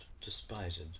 despised